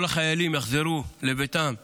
וכל החיילים יחזרו לביתם בריאים,